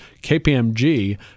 KPMG